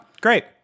great